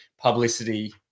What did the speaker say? publicity